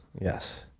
Yes